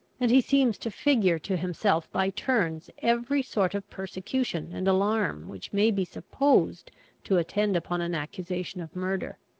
and he seems to figure to himself by turns every sort of persecution and alarm, which may be supposed to attend upon an accusation of murder.